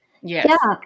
Yes